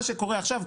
מה שקורה עכשיו,